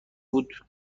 بود